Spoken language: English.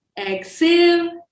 exhale